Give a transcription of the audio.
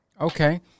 Okay